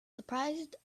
surprised